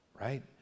right